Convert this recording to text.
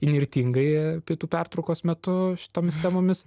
įnirtingai pietų pertraukos metu tomis temomis